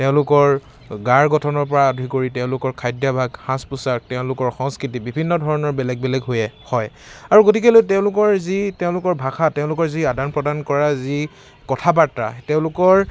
তেওঁলোকৰ গাৰ গঠনৰ পৰা আদি কৰি তেওঁলোকৰ খাদ্যাভাস সাজ পোছাক তেওঁলোকৰ সংস্কৃতি বিভিন্ন ধৰণৰ বেলেগ বেলেগ হয় আৰু গতিকেলৈ তেওঁলোকৰ যি ভাষা তেওঁলোকৰ যি আদান প্ৰদান কৰা যি কথা বাৰ্তা তেওঁলোকৰ